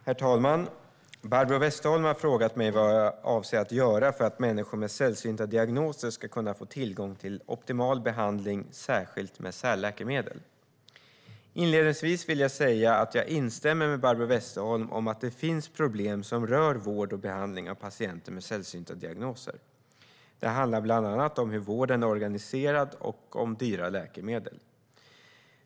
Herr talman! Barbro Westerholm har frågat mig vad jag avser att göra för att människor med sällsynta diagnoser ska kunna få tillgång till optimal behandling, särskilt med särläkemedel. Inledningsvis vill jag säga att jag instämmer med Barbro Westerholm om att det finns problem som rör vård och behandling av patienter med sällsynta diagnoser. Det handlar bland annat om hur vården är organiserad och om dyra läkemedel.